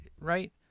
right